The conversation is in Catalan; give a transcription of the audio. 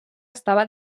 estava